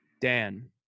Dan